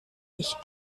ich